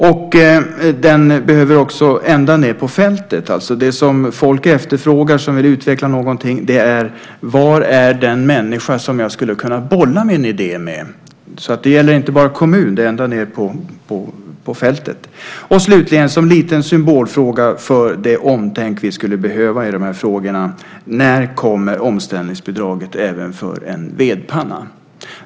Det här behöver gå ända ned på fältet. Folk som vill utveckla något efterfrågar var den människa finns som de kan bolla sina idéer med. Det gäller inte bara kommunen, utan det är ända ned på fältet. Slutligen har jag en symbolfråga för det omtänk vi skulle behöva i frågorna. När kommer omställningsbidraget även för en vedpanna?